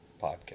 Podcast